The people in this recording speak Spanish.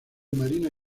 marina